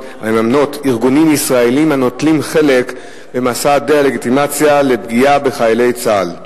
ארגונים ישראליים הנוטלים חלק במסע דה-לגיטימציה לפגיעה בחיילי צה"ל,